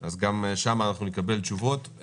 אז גם שם אנחנו נקבל תשובות.